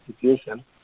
situation